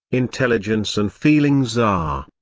intelligence and feelings are.